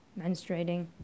menstruating